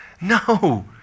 No